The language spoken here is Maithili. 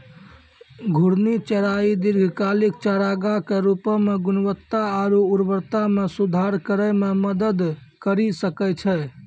घूर्णि चराई दीर्घकालिक चारागाह के रूपो म गुणवत्ता आरु उर्वरता म सुधार करै म मदद करि सकै छै